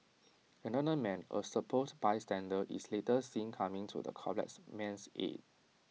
another man A supposed bystander is later seen coming to the collapsed man's aid